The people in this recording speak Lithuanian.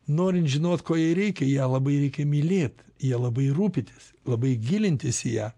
norint žinot ko jai reikia ją labai reikia mylėt ja labai rūpintis labai gilintis į ją